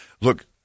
Look